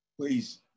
Please